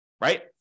Right